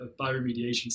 bioremediation